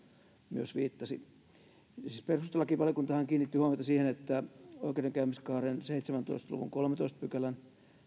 myös viittasi siis perustuslakivaliokuntahan kiinnitti huomiota siihen että oikeudenkäymiskaaren seitsemäntoista luvun kolmannentoista pykälän